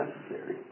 necessary